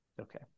Okay